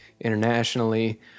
internationally